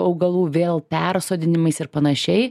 augalų vėl persodinimais ir panašiai